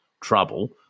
trouble